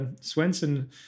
Swenson